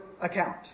account